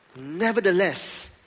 Nevertheless